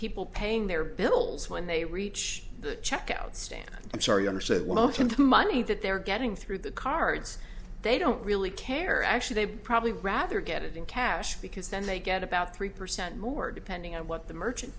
people paying their bills when they reach the checkout stand i'm sorry or said welcome to money that they're getting through the cards they don't really care actually they probably rather get it in cash because then they get about three percent more depending on what the merchant